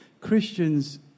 Christians